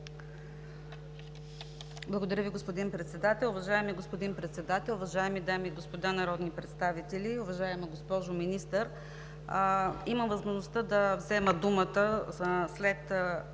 Благодаря Ви, господин Председател. Уважаеми господин Председател, уважаеми дами и господа народни представители, уважаема госпожо Министър! Имам възможността да взема думата след